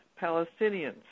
Palestinians